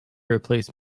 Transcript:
replace